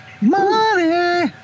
Money